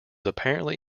apparently